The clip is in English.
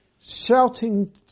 shouting